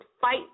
Fight